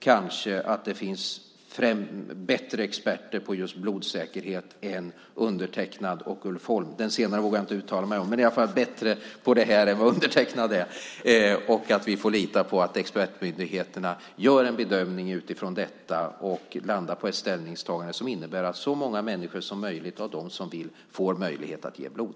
Kanske finns det bättre experter på blodsäkerhet än undertecknad och Ulf Holm - fast den senare vågar jag inte uttala mig om. Vi får lita på att expertmyndigheterna gör en bedömning och kommer till ett ställningstagande som innebär att så många människor som möjligt av dem som vill får möjlighet att ge blod.